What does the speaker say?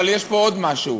אבל יש פה עוד משהו.